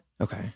okay